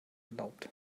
erlaubt